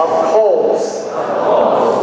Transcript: oh oh